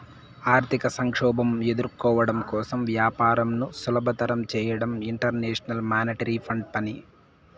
ఆర్థిక సంక్షోభం ఎదుర్కోవడం కోసం వ్యాపారంను సులభతరం చేయడం ఇంటర్నేషనల్ మానిటరీ ఫండ్ పని